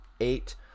eight